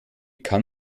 kann